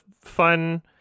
fun